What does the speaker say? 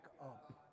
up